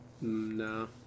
No